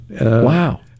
Wow